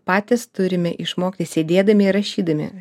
patys turime išmokti sėdėdami rašydami